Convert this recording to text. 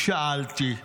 שאלתי,